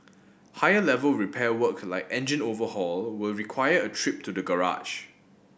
higher level repair work like engine overhaul will require a trip to the garage